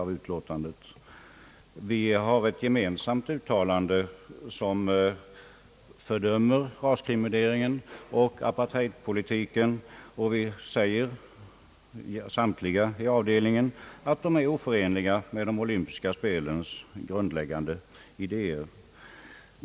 Vi har ett gemensamt uttalande som fördömer rasdiskrimineringen och apartheidpolitiken, och vi säger samtliga i avdelningen att denna politik är oförenlig med de olympiska spelens grundläggande idéer.